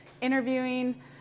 Interviewing